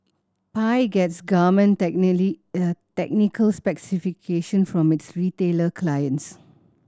Pi gets garment technical specifications from its retailer clients